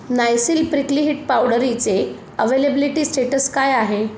Nycil prickly heat पावडरीचे availability status काय आहे